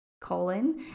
Colon